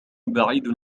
بعيد